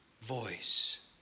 voice